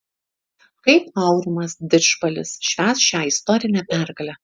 kaip aurimas didžbalis švęs šią istorinę pergalę